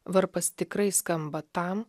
varpas tikrai skamba tam